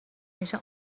میشه